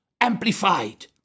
amplified